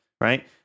right